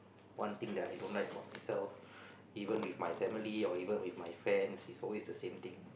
one thing that I don't like about myself even with my family or even with my friends it's always the same thing